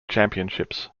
championships